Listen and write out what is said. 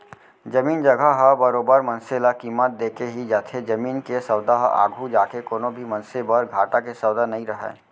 जमीन जघा ह बरोबर मनसे ल कीमत देके ही जाथे जमीन के सौदा ह आघू जाके कोनो भी मनसे बर घाटा के सौदा नइ रहय